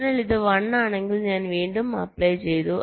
അതിനാൽ ഇത് 1 ആണെങ്കിൽ ഞാൻ 1 വീണ്ടും അപ്ലൈ ചെയ്തു